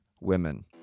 women